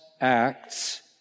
acts